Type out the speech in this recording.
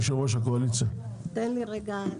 שאפילו ירד.